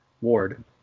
ward